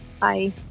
bye